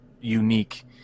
unique